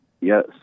yes